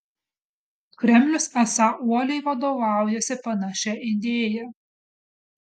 kremlius esą uoliai vadovaujasi panašia idėja